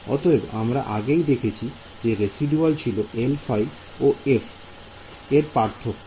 অতএব আমরা আগেই দেখেছি যে রেসিদুয়াল ছিল Lϕ ও f এর পার্থক্য